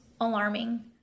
alarming